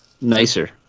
Nicer